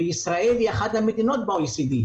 וישראל היא אחת המדינות במסגרתו,